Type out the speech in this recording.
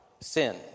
sin